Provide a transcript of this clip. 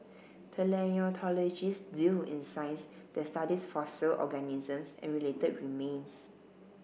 paleontologists deal in science that studies fossil organisms and related remains